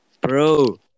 bro